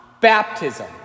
Baptism